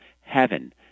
heaven